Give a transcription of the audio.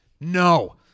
No